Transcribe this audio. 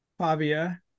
pavia